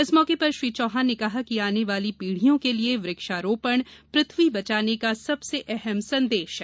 इस मौके पर श्री चौहान ने कहा कि आने वाली पीढ़ियों के लिये वृक्षा रोपण पृथ्वी बचाने का सबसे अहम संदेश है